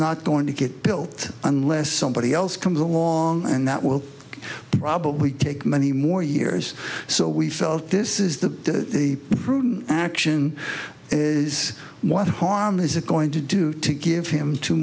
not going to get built unless somebody else comes along and that will probably take many more years so we felt this is the the action is what harm is it going to do to give him two